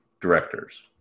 directors